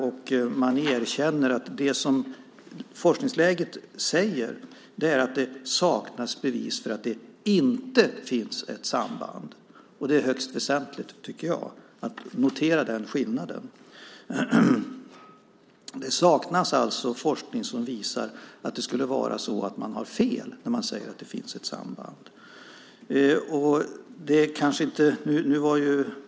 De erkänner att forskningsläget säger att det saknas bevis för att det inte finns ett samband. Det är högst väsentligt att notera den skillnaden, tycker jag. Det saknas alltså forskning som visar att man skulle ha fel när man säger att det finns ett samband.